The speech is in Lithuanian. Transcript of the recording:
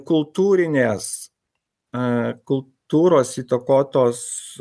kultūrinės a kultūros įtakotos